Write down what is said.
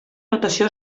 notació